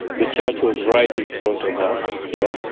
the church was right in front of us yeah